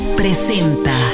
presenta